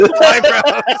eyebrows